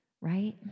right